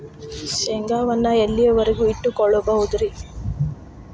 ಶೇಂಗಾವನ್ನು ಎಲ್ಲಿಯವರೆಗೂ ಇಟ್ಟು ಕೊಳ್ಳಬಹುದು ರೇ?